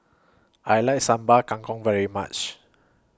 I like Sambal Kangkong very much